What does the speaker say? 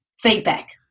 feedback